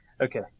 Okay